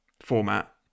format